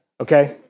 Okay